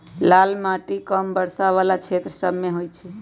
लाल माटि कम वर्षा वला क्षेत्र सभमें होइ छइ